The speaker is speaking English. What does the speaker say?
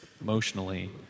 emotionally